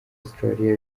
australia